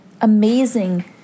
amazing